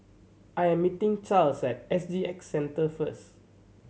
I am meeting Charles at S G X Centre first